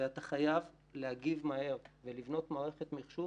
ואתה חייב להגיב מהר ולבנות מערכת מחשוב